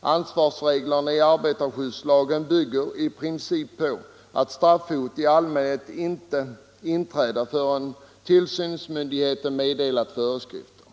Ansvarsreglerna i arbetarskyddslagen bygger i princip på att straffhot i allmänhet inte inträder förrän tillsynsmyndigheter meddelat föreskrifter.